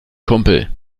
kumpel